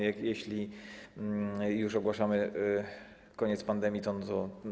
Jeśli już ogłaszamy koniec pandemii, to.